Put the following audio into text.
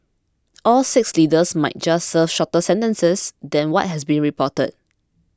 all six leaders might just serve shorter sentences than what has been reported